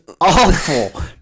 awful